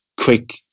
quick